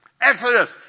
Exodus